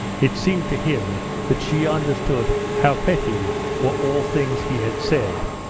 it seemed to him that she understood how petty were all things he had said,